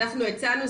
אנחנו הצענו,